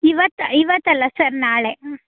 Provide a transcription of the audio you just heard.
ಇವತ್ತು ಇವತ್ತು ಅಲ್ಲ ಸರ್ ನಾಳೆ ಹ್ಞೂ